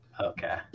Okay